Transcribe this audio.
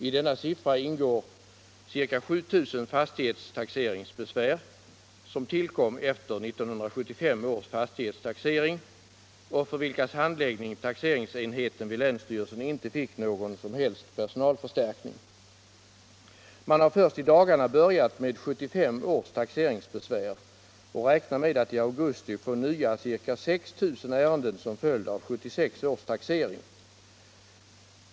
I denna siffra ingår ca 7 000 fastighetstaxeringsbesvär, som tillkom efter 1975 års fastighetstaxering och för vilkas handläggning taxeringsenheten vid länsstyrelsen inte fick någon som helst personalförstärkning. Man har först i dagarna börjat med 1975 års taxeringsbesvär och räknar med att i augusti få ca 6 000 nya ärenden som följd av 1976 års taxering.